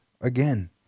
again